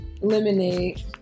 Lemonade